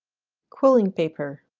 quilling paper